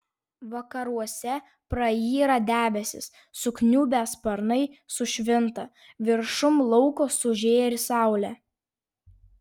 vakaruose prayra debesys sukniubę sparnai sušvinta viršum lauko sužėri saulė